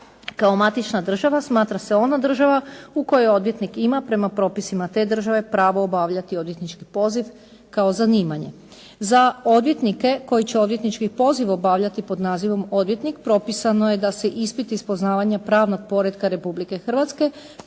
Kao matična država smatra se ona država u kojoj odvjetnik ima prema propisima te države pravo obavljati odvjetnički poziv kao zanimanje. Za odvjetnike koji će odvjetnički poziv obavljati pod nazivom odvjetnik, propisano je da se ispit iz poznavanja pravnog poretka Republike Hrvatske